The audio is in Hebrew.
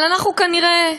אבל אנחנו כנראה,